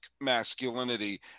masculinity